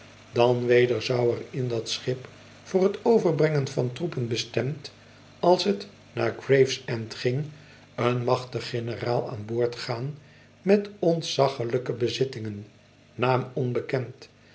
dan weder zou er in dat schip voor het overbrengen van troepen bestemd als het naar gravesend ging een machtige generaal aan boord gaan met ontzaglijke bezittingen naam onbekend